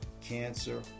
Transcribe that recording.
cancer